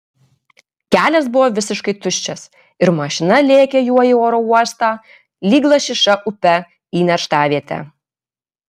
kelias buvo visiškai tuščias ir mašina lėkė juo į oro uostą lyg lašiša upe į nerštavietę